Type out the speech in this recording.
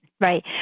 right